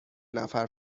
نفر